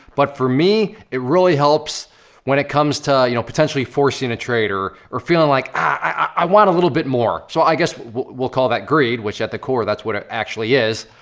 but for me, it really helps when it comes to, you know, potentially forcing a trade, or or feeling like i want a little bit more. so i guess we'll call that greed, which at the core that's what it actually is.